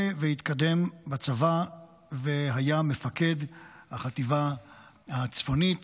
הוא התקדם בצבא והיה מפקד החטיבה הצפונית.